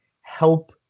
help